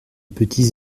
petits